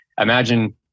Imagine